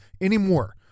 anymore